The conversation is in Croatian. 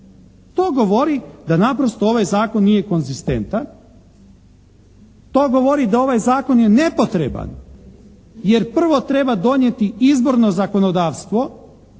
To govori da naprosto ovaj zakon nije konzistentan, to govori da ovaj zakon je nepotreban, jer prvo treba donijeti izborno zakonodavstvo